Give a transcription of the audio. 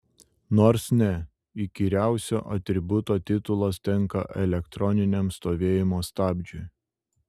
nors ne įkyriausio atributo titulas tenka elektroniniam stovėjimo stabdžiui